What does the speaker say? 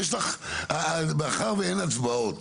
מאחר ואין הצבעות,